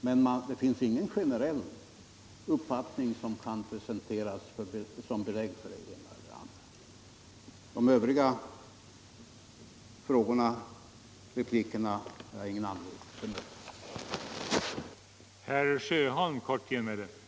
Men det finns ingen generell uppfattning som kan presenteras som belägg för det ena eller det andra. De övriga replikerna har jag ingen anledning att ta upp.